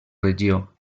regió